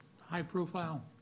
high-profile